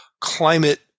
climate